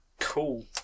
Cool